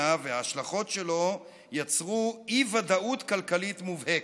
וההשלכות שלו יצרו אי-ודאות כלכלית מובהקת.